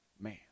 man